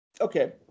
Okay